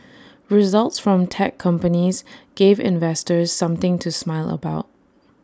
results from tech companies gave investors something to smile about